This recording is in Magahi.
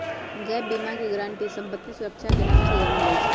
गैप बीमा के गारन्टी संपत्ति सुरक्षा के नाम से जानल जाई छई